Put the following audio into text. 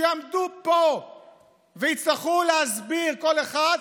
שיעמדו פה ויצטרכו להסביר כל אחד,